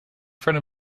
front